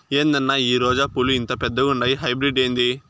ఏందన్నా ఈ రోజా పూలు ఇంత పెద్దగుండాయి హైబ్రిడ్ ఏంది